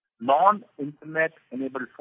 non-internet-enabled